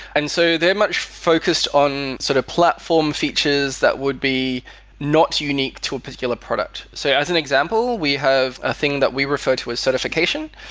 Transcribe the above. and so they're much focused on sort of platform features that would be not unique to a particular product. so as an example, we have a thing that we refer to as certification.